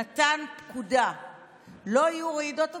נתן פקודה: לא יהיו רעידות אדמה,